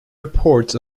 reports